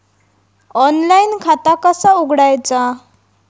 Online खाता कसा उघडायचा?